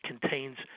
contains